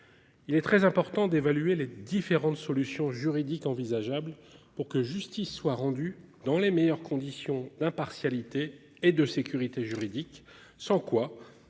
Il est très important d'évaluer les différentes solutions juridiques envisageables pour que justice soit rendue dans les meilleures conditions d'impartialité et de sécurité juridique sans quoi